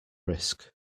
risk